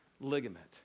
ligament